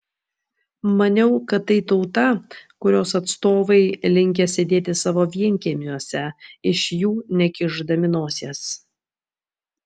maniau kad tai tauta kurios atstovai linkę sėdėti savo vienkiemiuose iš jų nekišdami nosies